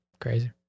Crazy